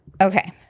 Okay